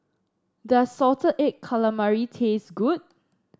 does Salted Egg Calamari taste good